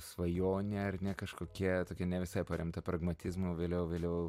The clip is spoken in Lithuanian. svajonė ar ne kažkokia tokia visai paremta pragmatizmu vėliau vėliau